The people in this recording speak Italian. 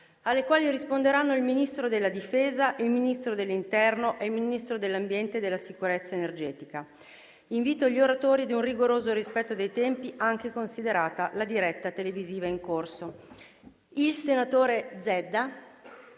alle quali risponderanno il Ministro della difesa, il Ministro dell'interno e il Ministro dell'ambiente e della sicurezza energetica. Invito gli oratori ad un rigoroso rispetto dei tempi, anche considerata la diretta televisiva in corso. Il senatore Zedda